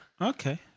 Okay